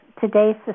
Today's